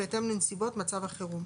בהתאם לנסיבות מצב החירום: